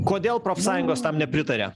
kodėl profsąjungos tam nepritaria